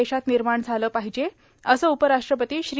देशात निर्माण झालं पाहिजे असं उपराष्ट्रपती श्री